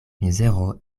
mizero